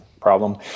problem